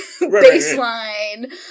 baseline